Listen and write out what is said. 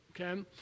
okay